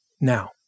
Now